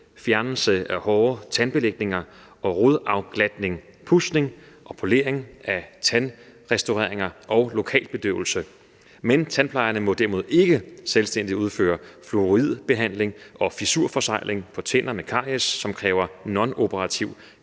fjernelse af hårde tandbelægninger og rodafglatning, pudsning og polering af tandrestaureringer og lokalbedøvelse, men tandplejerne må derimod ikke selvstændigt udføre fluoridbehandling og fissurforsegling på tænder med caries, som kræver nonoperativ